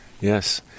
Yes